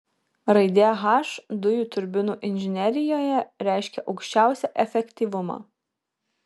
raidė h dujų turbinų inžinerijoje reiškia aukščiausią efektyvumą